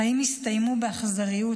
חיים הסתיימו באכזריות,